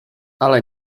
ale